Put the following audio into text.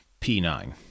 P9